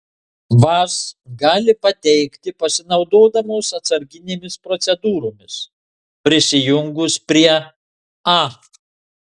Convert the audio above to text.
vaz gali pateikti pasinaudodamos atsarginėmis procedūromis prisijungus prie a